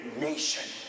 nation